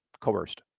coerced